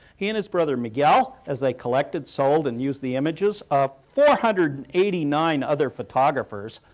he and his brother, miguel, as they collected, sold and used the images of four hundred and eighty nine other photographers,